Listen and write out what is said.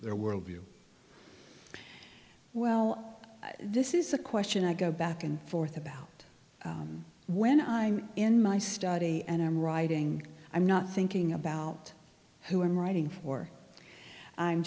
their world view well this is a question i go back and forth about when i'm in my study and i'm writing i'm not thinking about who i'm writing for i'm